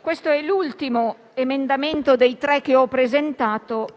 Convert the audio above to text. questo è l'ultimo emendamento dei tre che ho presentato,